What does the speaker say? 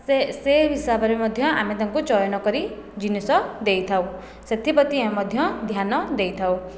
ସେ ସେ ହିସାବରେ ମଧ୍ୟ ଆମେ ତାଙ୍କୁ ଚୟନ କରି ଜିନିଷ ଦେଇଥାଉ ସେଥିପ୍ରତି ମଧ୍ୟ ଧ୍ୟାନ ଦେଇଥାଉ